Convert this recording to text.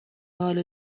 حالو